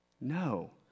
No